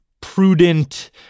prudent